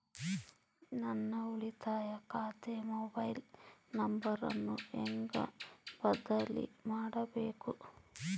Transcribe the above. ನನ್ನ ಉಳಿತಾಯ ಖಾತೆ ಮೊಬೈಲ್ ನಂಬರನ್ನು ಹೆಂಗ ಬದಲಿ ಮಾಡಬೇಕು?